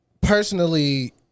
personally